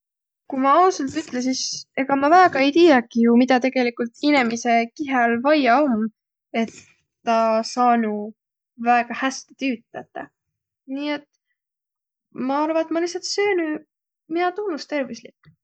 Ku ma ausalt ütle, sis ega ma väega ei tiiäki, midä inemise kihäl vaia om, et taa saanuq väega häste tüüd tetäq, nii et ma arva, et ma lihtsält söönüq, miä tunnus tervüslik.